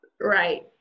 Right